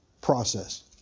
process